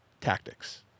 tactics